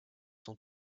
sont